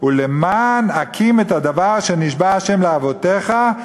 "ולמען הקים את הדבר אשר נשבע ה' לאבֹתיך,